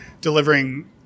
delivering